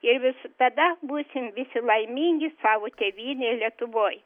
ir visi tada būsim visi laimingi savo tėvynėj lietuvoj